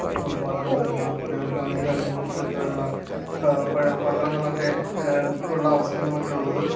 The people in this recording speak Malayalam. ഇപ്പോൾ വളർന്ന് വരുന്ന കുട്ടികൾക്കാണേലും അതിനെക്കുറിച്ചൊക്കെയുള്ള പഠനങ്ങളൊക്കെ ക്കുള്ള അവസരങ്ങളൊക്കെ ഉള്ളത്